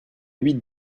huit